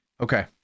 Okay